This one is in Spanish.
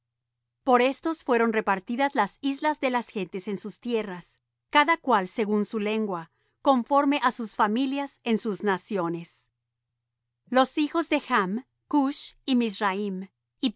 por éstos fueron repartidas las islas de las gentes en sus tierras cada cual según su lengua conforme á sus familias en sus naciones los hijos de chm cush y mizraim